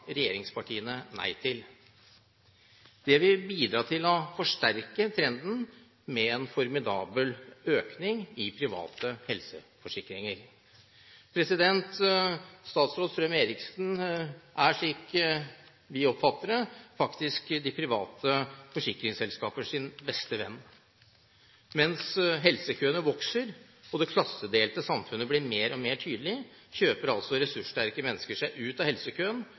regjeringspartiene nei til. Det vil bidra til å forsterke trenden med en formidabel økning i private helseforsikringer. Statsråd Strøm-Erichsen er, slik vi oppfatter det, de private forsikringsselskapers beste venn. Mens helsekøene vokser og det klassedelte samfunnet blir mer og mer tydelig, kjøper ressurssterke mennesker seg ut av helsekøen